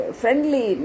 friendly